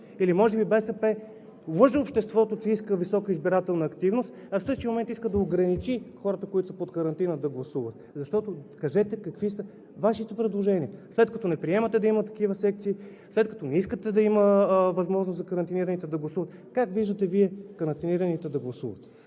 Или може би БСП лъже обществото, че иска висока избирателна активност, а в същия момент иска да ограничи хората, които са под карантина, да гласуват. Кажете какви са Вашите предложения, след като не приемате да има такива секции, след като не искате да има възможност за карантинираните да гласуват? Как виждате Вие карантинираните да гласуват?